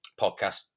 podcast